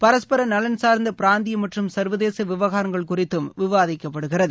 பரஸ்பர நலன் சார்ந்த பிராந்திய மற்றும் சர்வதேச விவகாரங்கள் குறித்தும் விவாதிக்கப்படுகிறது